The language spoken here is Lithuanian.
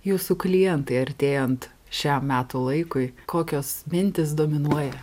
jūsų klientai artėjant šiam metų laikui kokios mintys dominuoja